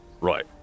Right